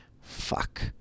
Fuck